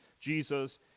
Jesus